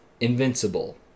Invincible